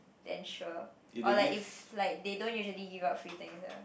then sure or like if like they don't usually give out free things ah